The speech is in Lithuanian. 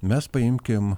mes paimkim